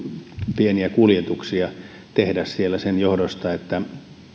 pieniä kuljetuksia tehdä siellä sen johdosta että